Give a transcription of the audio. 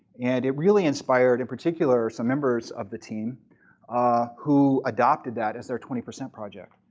and it really inspired, in particular, some members of the team ah who adopted that as their twenty percent project.